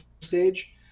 stage